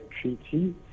treaty